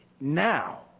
now